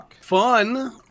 fun